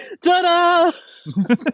Ta-da